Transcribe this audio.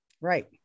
Right